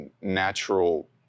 natural